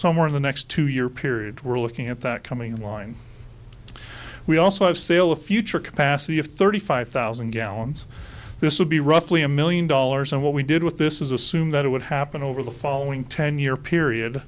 more in the next two year period we're looking at that coming in line we also have sale of future capacity of thirty five thousand gallons this would be roughly a million dollars and what we did with this is assume that it would happen over the following ten year period